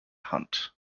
hunt